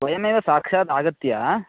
वयमेव साक्षात् आगत्य